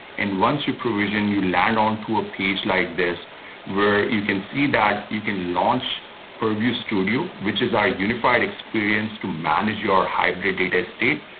and once you provision, you land on to a piece like this where you can see that you can launch purview studio, which is our unified experience to manage your hybrid data estate.